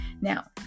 Now